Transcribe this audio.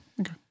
okay